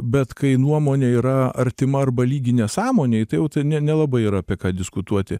bet kai nuomonė yra artima arba lygi nesąmonei tai jau ne nelabai yra apie ką diskutuoti